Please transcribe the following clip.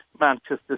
Manchester